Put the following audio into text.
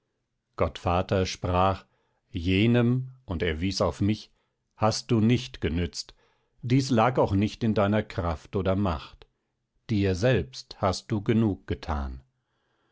gottvater sprach jenem und er wies auf mich hast du nicht genützt dies lag auch nicht in deiner kraft oder macht dir selbst hast du genug getan